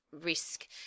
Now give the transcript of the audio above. Risk